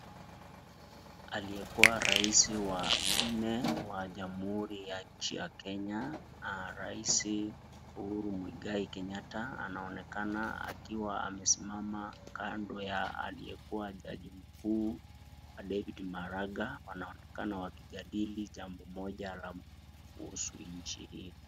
Aliyekuwa rais wa nne wa jamuhuri yetu ya kenya rais Uhuru Muigai Kenyatta anaonekana akiwa amesimama kando ya aliyekuwa jaji mkuu david maraga wanaonekana wakijadili jambo moja kuhusu nchi hii.